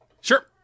Sure